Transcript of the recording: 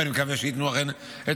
ואני מקווה שאכן ייתנו את הכסף,